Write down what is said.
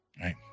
Right